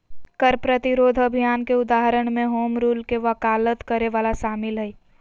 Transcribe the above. कर प्रतिरोध अभियान के उदाहरण में होम रूल के वकालत करे वला शामिल हइ